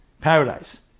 paradise